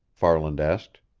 farland asked.